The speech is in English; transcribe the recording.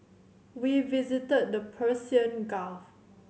we visited the Persian Gulf